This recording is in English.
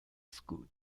school